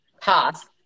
task